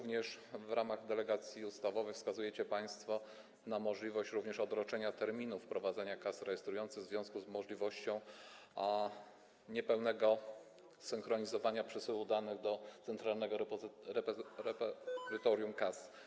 W ramach delegacji ustawowych wskazujecie państwo na możliwość odroczenia terminu wprowadzenia kas rejestrujących w związku z możliwością niepełnego synchronizowania przesyłu danych do Centralnego Repozytorium Kas.